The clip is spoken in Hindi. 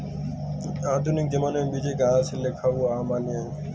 आधुनिक ज़माने में बीजक हाथ से लिखा हुआ अमान्य है